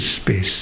space